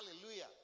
Hallelujah